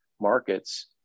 markets